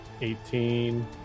eighteen